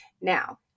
Now